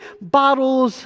bottles